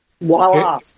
voila